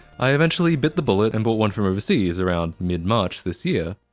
i eventually bit the bullet and bought one from overseas around mid-march this year.